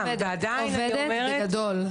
עובדת בגדול.